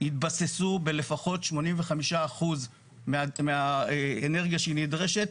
יתבססו בלפחות 85% מהאנרגיה שהיא נדרשת,